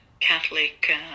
catholic